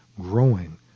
growing